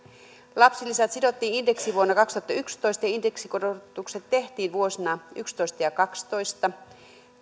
lapsilisät sidottiin indeksiin vuonna kaksituhattayksitoista ja indeksikorotukset tehtiin vuosina yksitoista ja kaksitoista